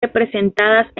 representadas